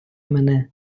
мене